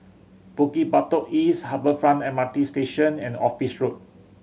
Bukit Batok East Harbour Front M R T Station and Office Road